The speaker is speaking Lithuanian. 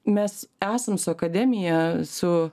mes esam su akademija su